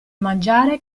mangiare